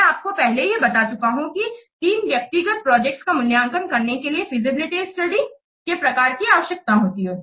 मैं आपको पहले ही बता चुका हूं कि तीन व्यक्तिगत प्रोजेक्ट्स का मूल्यांकन करने के लिए फीजिबिलिटी स्टडी के प्रकार की आवश्यकता होती है